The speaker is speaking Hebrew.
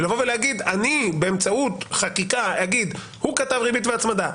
לומר שאני באמצעות חקיקה אומר שהוא כתב ריבית והצמדה,